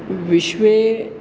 विश्वे